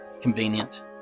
Convenient